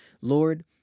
Lord